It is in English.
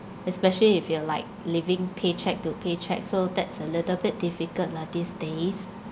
especially if you're like living paycheck to paycheck so that's a little bit difficult lah these days